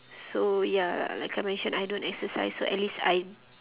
so ya like I mentioned I don't exercise so at least I